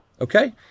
Okay